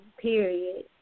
period